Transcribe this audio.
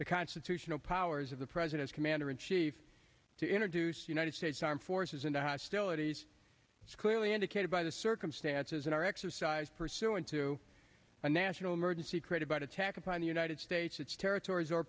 the constitutional powers of the president commander in chief to introduce united states armed forces into hostilities is clearly indicated by the circumstances in our exercise pursuant to a national emergency created by to attack upon the united states its territories or